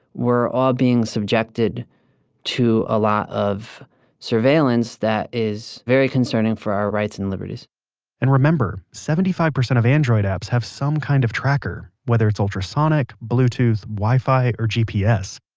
we're all being subjected to a lot of surveillance that is very concerning for our rights and liberties and remember, seventy five percent of android apps have some kind of tracker, whether it's ultrasonic, bluetooth, wifi or gps.